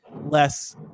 less